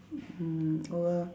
mm